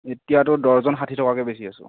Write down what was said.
এতিয়াটো দৰ্জন ষাঠি টকাকৈ বেচি আছো